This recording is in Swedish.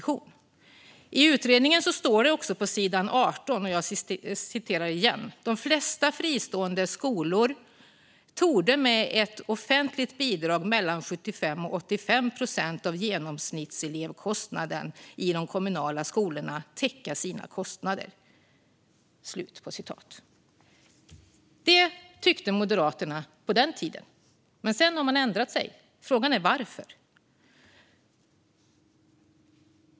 I utredningen står det också så här: "De flesta fristående skolor torde, med ett offentligt bidrag mellan 75 och 85 procent av genomsnittlig elevkostnad i de kommunala skolorna, täcka sina kostnader." Det tyckte Moderaterna på den tiden. Men sedan har de ändrat sig. Frågan är varför.